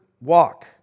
walk